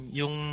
yung